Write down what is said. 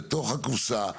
בתוך הקופסה,